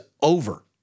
over